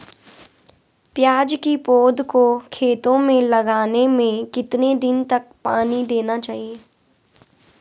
प्याज़ की पौध को खेतों में लगाने में कितने दिन तक पानी देना चाहिए?